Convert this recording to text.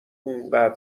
انقدر